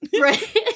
Right